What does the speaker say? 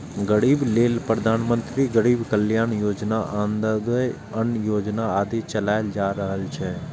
गरीबक लेल प्रधानमंत्री गरीब कल्याण योजना, अंत्योदय अन्न योजना आदि चलाएल जा रहल छै